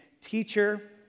Teacher